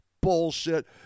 bullshit